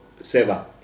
Seva